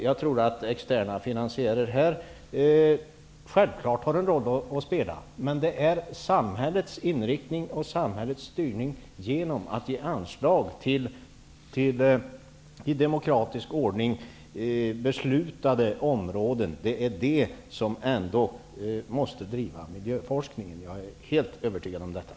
Jag tror visst att externa finansieringar har en roll att spela, men jag är helt övertygad om att miljöforskningen måste drivas och styras genom att samhället ger anslag till i demokratisk ordning utvalda områden.